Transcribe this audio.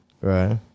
right